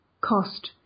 cost